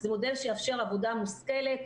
זה מודל שיאפשר עבודה מושכלת.